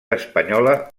espanyola